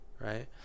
right